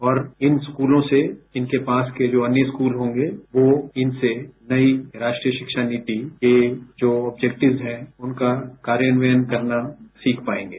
और इन स्कूलों से इनके पास के जो अन्य स्कूल होंगे यो इनसे नई राष्ट्रीय शिक्षा नीति के जो ऑब्जैक्टिव्स हैं उनका कार्यान्य्यन करना सीख पायेंगे